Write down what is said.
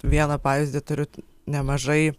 vieną pavyzdį turiu nemažai